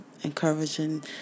encouraging